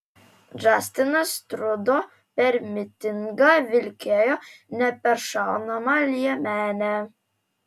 džastinas trudo per mitingą vilkėjo neperšaunamą liemenę